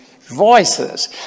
voices